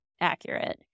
accurate